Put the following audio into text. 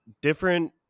different